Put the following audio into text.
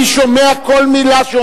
אני שמעתי כל מלה של בילסקי.